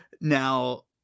Now